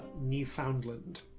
newfoundland